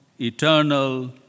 eternal